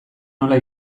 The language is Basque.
nola